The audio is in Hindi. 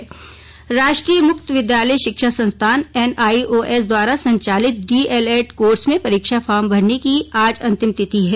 ऑनलाईन परीक्षा फॉर्म राष्ट्रीय मुक्त विद्यालयी शिक्षा संस्थान एनआईओएस द्वारा संचालित डीएलएड़ कोर्स में परीक्षा फॉर्म भरने की आज अंतिम तिथि है